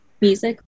music